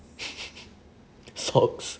socks